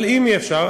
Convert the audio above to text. אבל אם יהיה אפשר,